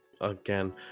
again